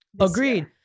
Agreed